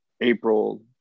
april